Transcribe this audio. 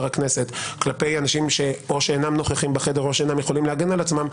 הכנסת כלפי אנשים שאינם נוכחים בחדר או שאינם יכולים להגן על עצמם,